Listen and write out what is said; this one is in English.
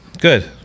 good